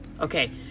Okay